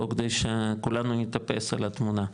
כדי שכולנו נתאפס על התמונה.